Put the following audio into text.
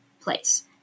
place